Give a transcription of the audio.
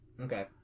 Okay